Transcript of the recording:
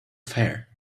fair